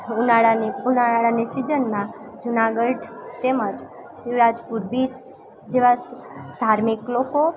ઉનાળાની ઉનાળાની સિઝનમાં જુનાગઢ તેમજ શિવરાજપુર બીચ જેવા ધાર્મિક લોકો